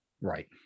Right